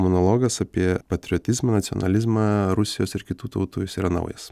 monologas apie patriotizmą nacionalizmą rusijos ir kitų tautų jis yra naujas